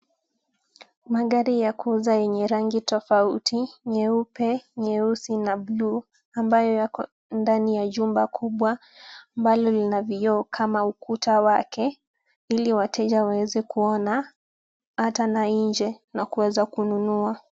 Magari ya kuuza yenye rangi tofauti, nyeupe, nyeusi na bluu, ambayo yako ndani ya jumba kubwa, mbali li nabiyo kama ukutawake ili wateja wawezekuona ata na nje na kweza kununuwa.